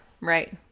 right